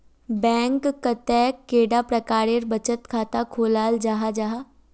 Bank कतेक कैडा प्रकारेर बचत खाता खोलाल जाहा जाहा?